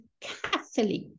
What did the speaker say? Catholic